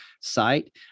site